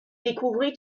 découvrit